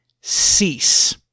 cease